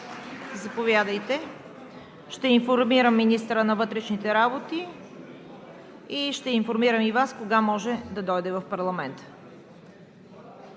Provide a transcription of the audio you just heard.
Ципов. Ще информирам министъра на вътрешните работи, ще информирам и Вас кога може да дойде в парламента.